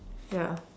ya